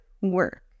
work